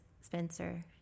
Spencer